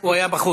הוא היה בחוץ.